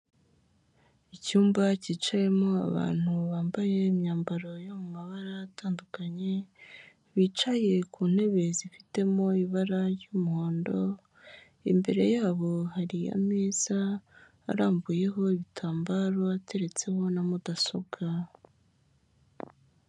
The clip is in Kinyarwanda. Icyumba cyicayemo abantu bambaye imyambaro yo mabara atandukanye bicaye ku ntebe zifitemo ibara ry'umuhondo, imbere yabo hari ameza arambuyeho ibitambaro ateretseho na mudasobwa.